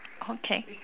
okay